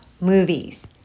movies